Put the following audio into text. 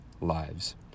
lives